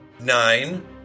nine